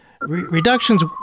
reductions